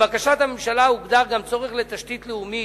לבקשת הממשלה הוגדר גם צורך לתשתית לאומית,